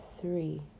Three